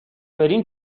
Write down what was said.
بریم